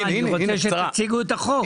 אני רוצה שתציגו את החוק.